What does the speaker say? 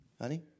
Honey